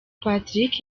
patrick